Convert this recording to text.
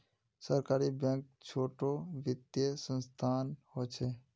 सहकारी बैंक छोटो वित्तिय संसथान होछे